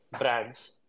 brands